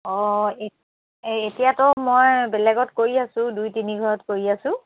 অঁ এই এতিয়াতো মই বেলেগত কৰি আছোঁ দুই তিনি ঘৰত কৰি আছোঁ